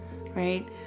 right